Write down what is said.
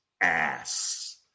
ass